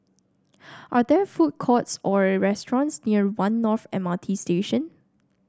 are there food courts or restaurants near One North M R T Station